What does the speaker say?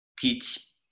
teach